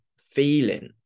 feeling